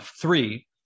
three